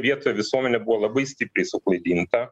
vietoje visuomenė buvo labai stipriai suklaidinta